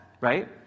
right